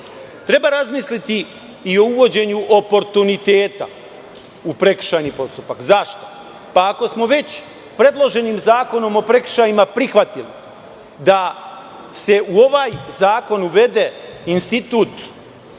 razmisliti i o uvođenju oportuniteta u prekršajni postupak. Zašto? Ako smo već predloženim zakonom o prekršajima prihvatili da se u ovaj zakon uvede institut